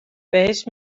بهش